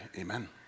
amen